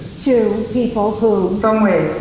two people who from where?